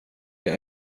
jag